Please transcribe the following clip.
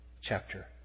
chapter